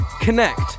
connect